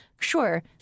Sure